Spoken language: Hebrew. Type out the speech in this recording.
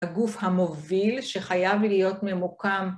הגוף המוביל שחייב להיות ממוקם.